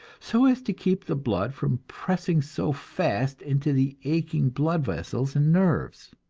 so as to keep the blood from pressing so fast into the aching blood vessels and nerves.